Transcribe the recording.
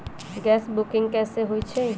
Gas के booking कैसे होईछई?